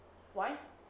why